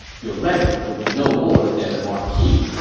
your rank would be no more than a marquis.